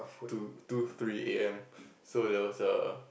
two two three A_M so there was a